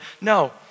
No